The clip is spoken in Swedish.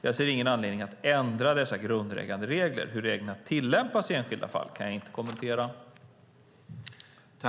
Jag ser ingen anledning att ändra dessa grundläggande regler. Hur reglerna tillämpas i det enskilda fallet kan jag inte kommentera.